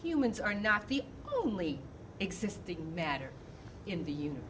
humans are not the only existing matter in the u